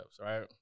right